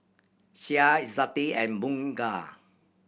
Syah Izzati and Bunga